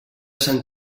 sant